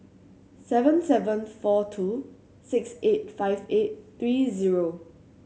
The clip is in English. seven seven four two six eight five eight three zero